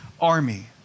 army